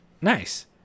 nice